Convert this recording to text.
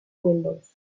windows